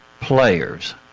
players